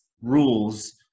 rules